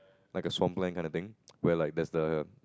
like a swamp land kinda thing where like there's the